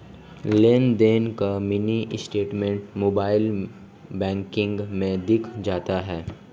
लेनदेन का mini statement mobile banking में दिख जाता है